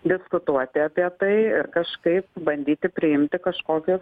diskutuoti apie tai ir kažkaip bandyti priimti kažkokius